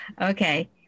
Okay